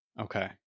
Okay